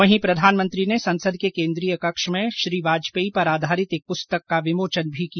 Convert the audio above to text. वहीं प्रधानमंत्री ने संसद के केन्द्रीय कक्ष में श्री वाजपेयी पर आधारित एक पुस्तक का विमोचन भी किया